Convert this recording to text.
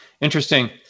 Interesting